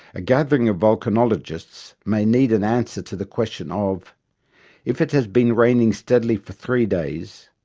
a gathering of volcanologists may need an answer to the question of if it has been raining steadily for three days,